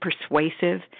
persuasive